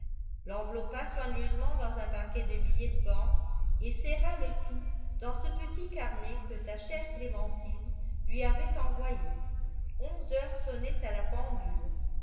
l'enveloppa soigneusement dans un paquet de billets de banque et serra le tout dans ce petit carnet que sa chère clémentine lui avait envoyé onze heures sonnaient à la pendule